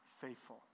faithful